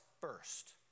first